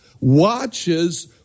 watches